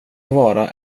vara